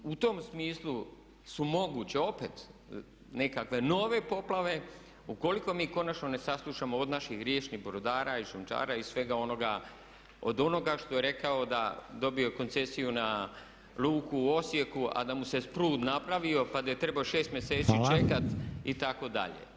Dakle, u tom smislu su moguće opet nekakve nove poplave ukoliko mi konačno ne saslušamo od naših riječnih brodara i šljunčara i svega onoga od onoga što je rekao, da je dobio koncesiju na luku u Osijeku a da mu se sprud napravio pa da je trebao 6 mjeseci čekat itd.